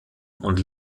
und